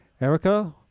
erica